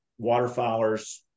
waterfowlers